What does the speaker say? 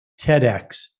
TEDx